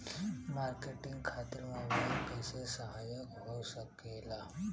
Marketing खातिर mobile कइसे सहायक हो सकेला?